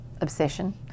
obsession